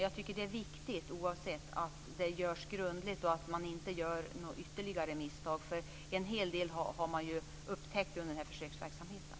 Jag tycker att det är viktigt att arbetet görs grundligt, så att man inte gör några ytterligare misstag. En hel del har ju upptäckts under försöksverksamheten.